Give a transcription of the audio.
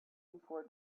before